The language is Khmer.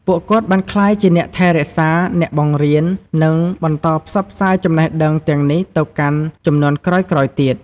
ពួកគាត់បានក្លាយជាអ្នកថែរក្សា អ្នកបង្រៀន និងបន្តផ្សព្វផ្សាយចំណេះដឹងទាំងនេះទៅកាន់ជំនាន់ក្រោយៗទៀត។